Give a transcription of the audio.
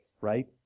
right